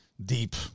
deep